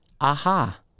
Aha